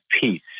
peace